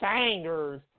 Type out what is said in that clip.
singers